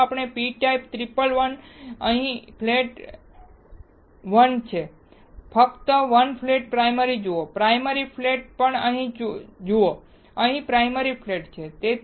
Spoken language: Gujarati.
તો ચાલો જોઈએ p ટાઇપ 111 અહીં ફક્ત 1 ફ્લેટ છે તમે ફક્ત 1 ફ્લેટ પ્રાઈમરી જુઓ પ્રાઈમરી ફ્લેટ પણ અહીં જ જુઓ અહીં પ્રાઈમરી ફ્લેટ છે